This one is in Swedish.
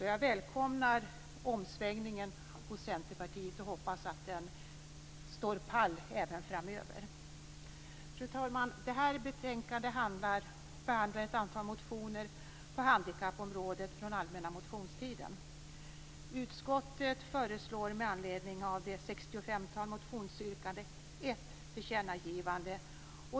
Jag välkomnar omsvängningen hos Centerpartiet och hoppas att den står pall även framöver. Fru talman! I betänkandet behandlas ett antal motioner på handikappområdet från allmänna motionstiden. Utskottet föreslår med anledning av ett 65-tal motionsyrkanden ett tillkännagivande.